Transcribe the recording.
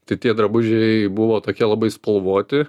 tai tie drabužiai buvo tokie labai spalvoti